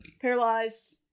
paralyzed